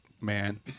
man